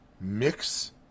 Mix